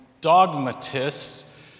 dogmatists